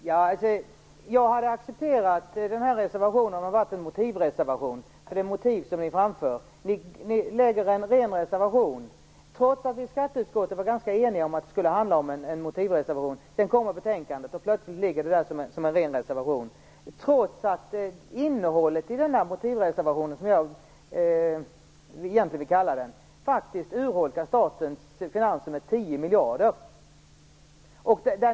Herr talman! Jag hade accepterat den här reservationen om det hade varit en motivreservation, eftersom det är motiv ni framför. Ni lägger en ren reservation, trots att vi i skatteutskottet var ganska eniga om att det skulle handla om en motivreservation. Sedan kommer betänkandet, och plötsligt ligger den där som en ren reservation, trots att innehållet i den här motivreservationen, som jag egentligen vill kalla den, faktiskt urholkar statens finanser med 10 miljarder.